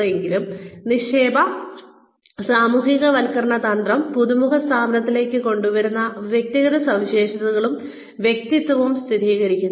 വീണ്ടും നിക്ഷേപ സാമൂഹ്യവൽക്കരണ തന്ത്രം പുതുമുഖം സ്ഥാപനത്തിലേക്ക് കൊണ്ടുവരുന്ന വ്യക്തിഗത സവിശേഷതകളും വ്യക്തിത്വവും സ്ഥിരീകരിക്കുന്നു